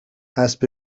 اسب